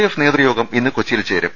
F നേതൃ യോഗം ഇന്ന് കൊച്ചിയിൽ ചേരും